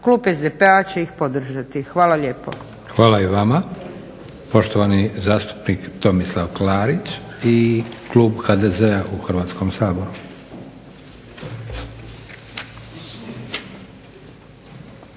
klub SDP-a će ih podržati. Hvala lijepo. **Leko, Josip (SDP)** Hvala i vama. Poštovani zastupnik Tomislav Klarić i klub HDZ-a u Hrvatskom saboru.